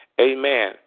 Amen